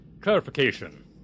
clarification